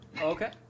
Okay